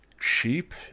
cheap